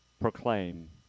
proclaim